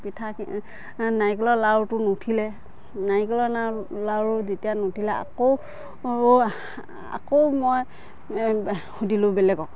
পিঠা নাৰিকলৰ লাড়ুটো নুঠিলে নাৰিকলৰ লাড়ু লাড়ু যেতিয়া নুঠিলে আকৌ আকৌ মই সুধিলোঁ বেলেগক